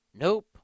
Nope